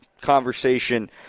conversation